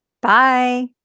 Bye